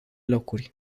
locuri